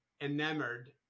enamored